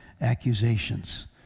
accusations